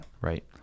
Right